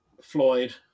Floyd